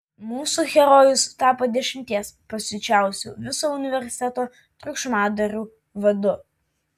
mūsų herojus tapo dešimties pasiučiausių viso universiteto triukšmadarių vadu